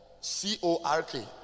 C-O-R-K